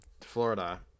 Florida